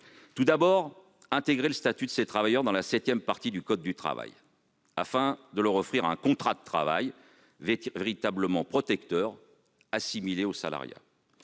nous entendons intégrer le statut de ces travailleurs à la septième partie du code du travail, afin de leur offrir un contrat de travail véritablement protecteur et assimilé au salariat.